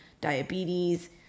diabetes